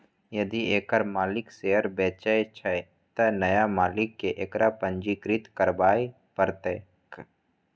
यदि एकर मालिक शेयर बेचै छै, तं नया मालिक कें एकरा पंजीकृत करबय पड़तैक